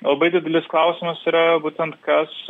labai didelis klausimas yra būtent kas